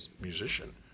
musician